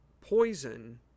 poison